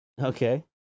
Okay